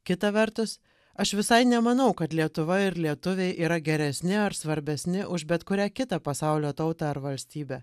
kita vertus aš visai nemanau kad lietuva ir lietuviai yra geresni ar svarbesni už bet kurią kitą pasaulio tautą ar valstybę